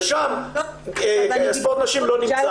שם ספורט נשים לא נמצא,